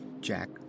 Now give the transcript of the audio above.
Jack